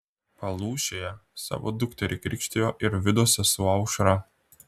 palūšėje savo dukterį krikštijo ir vidos sesuo aušra